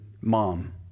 mom